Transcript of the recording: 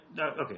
Okay